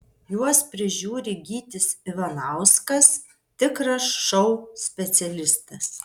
juos prižiūri gytis ivanauskas tikras šou specialistas